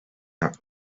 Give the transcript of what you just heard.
that